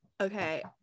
Okay